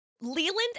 Leland